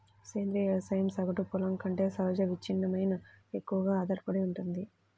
సేంద్రీయ వ్యవసాయం సగటు పొలం కంటే సహజ విచ్ఛిన్నంపై ఎక్కువగా ఆధారపడుతుంది